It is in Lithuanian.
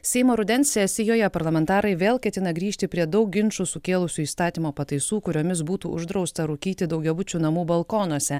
seimo rudens sesijoje parlamentarai vėl ketina grįžti prie daug ginčų sukėlusių įstatymo pataisų kuriomis būtų uždrausta rūkyti daugiabučių namų balkonuose